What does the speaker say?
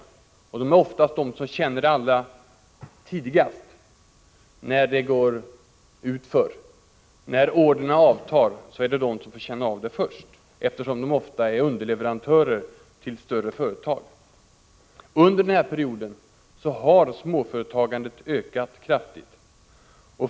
Småföretagarna är ofta de som tidigast känner när det går utför. När orderna avtar är det småföretagarna som får känna av det först, eftersom de ofta är underleverantörer till större företag. Under denna period har småföretagandet ökat kraftigt.